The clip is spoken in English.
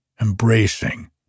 embracing